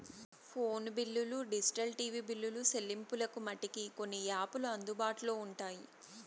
phone బిల్లులు digital TV బిల్లులు సెల్లింపులకు మటికి కొన్ని యాపులు అందుబాటులో ఉంటాయి